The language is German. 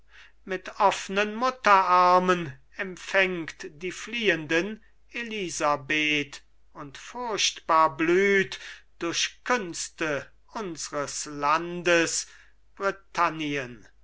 mit offnen mutterarmen empfängt die fliehenden elisabeth und fruchtbar blüht durch künste unsres landes britannien